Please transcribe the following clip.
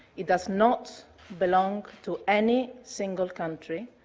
it does not belong to any single country.